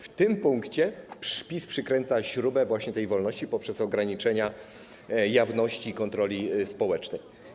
W tym punkcie PiS przykręca śrubę tej wolności poprzez ograniczenie jawności i kontroli społecznej.